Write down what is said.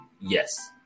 yes